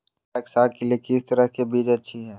पालक साग के लिए किस तरह के बीज अच्छी है?